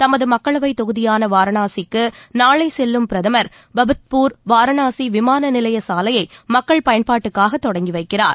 தமது மக்களவைத் தொகுதியான வாரணாசிக்கு நாளை செல்லும் பிரதமர் பபத்பூர் வாரணாசி விமான நிலைய சாலையை மக்கள் பயன்பாட்டுக்கு தொடங்கி வைக்கிறார்